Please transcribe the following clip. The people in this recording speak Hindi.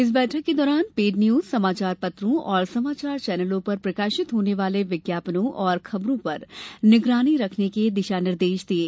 इस बैठक के दौरान पेडन्यूज समाचार पत्रों और समाचार चैनलों पर प्रकाशित होने वाले विज्ञापनों और खबरों पर निगरानी रखने के दिशा निर्देश दिये